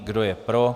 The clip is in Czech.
Kdo je pro?